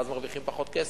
ואז מרוויחים פחות כסף,